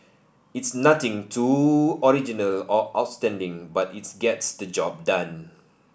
it's nothing too original or outstanding but it gets the job done